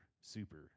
super